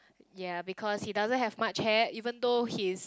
ya because he doesn't have much hair even though he is